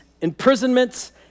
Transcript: imprisonments